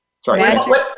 Sorry